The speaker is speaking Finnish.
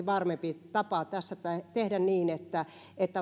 varmempi tapa olisi tässä tehdä niin että